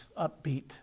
upbeat